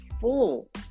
full